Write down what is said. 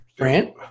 Grant